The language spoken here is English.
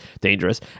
dangerous